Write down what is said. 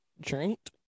drank